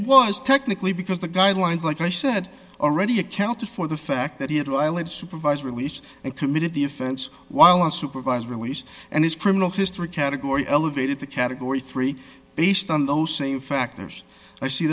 was technically because the guidelines like i said already accounted for the fact that he had to allege supervised release and committed the offense while on supervised release and his criminal history category elevated to category three based on those same factors i see